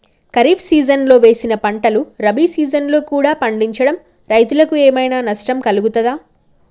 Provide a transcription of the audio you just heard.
ఖరీఫ్ సీజన్లో వేసిన పంటలు రబీ సీజన్లో కూడా పండించడం రైతులకు ఏమైనా నష్టం కలుగుతదా?